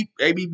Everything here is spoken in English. ABB